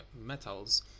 metals